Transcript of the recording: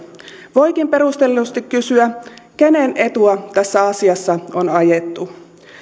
voikin perustellusti kysyä kenen etua tässä asiassa on ajettu